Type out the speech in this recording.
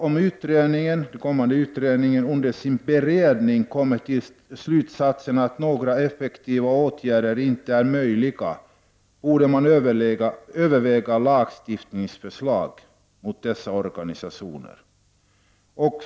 Om den kommande utredningen under sin beredning kommer till slutsatsen att effektiva åtgärder i detta sammanhang inte är möjliga att vidta, borde man överväga en lagstiftning som förbjuder dessa organisationer. Fru talman!